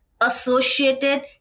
associated